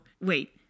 wait